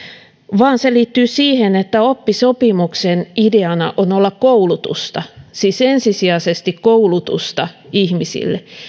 vaan se liittyy siihen että oppisopimuksen ideana on olla koulutusta siis ensisijaisesti koulutusta ihmisille